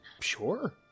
sure